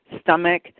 stomach